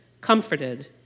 comforted